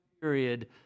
period